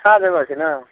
अच्छा जगह छै ने